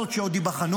שעוד ייבחנו,